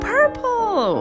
Purple